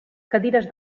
cadires